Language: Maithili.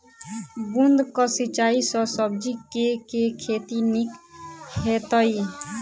बूंद कऽ सिंचाई सँ सब्जी केँ के खेती नीक हेतइ?